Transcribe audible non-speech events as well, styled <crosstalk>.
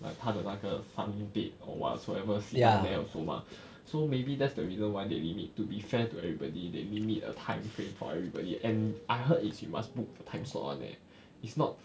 like 他的那个 sun bed or whatsoever sit down there also mah <breath> so maybe that's the reason why they limit to be fair to everybody they limit a time frame for everybody and I heard is you must book a time slot [one] leh <breath> it's not